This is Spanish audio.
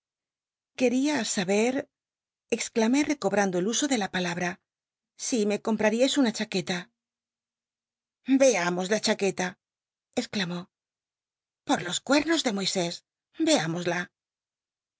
t saber exclamé recobrando el uso de la palabra si me comprari tis una chaqueta veamos la chaqueta exclamó por los cuernos de moisés vefimosla